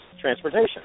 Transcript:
transportation